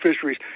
fisheries